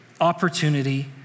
opportunity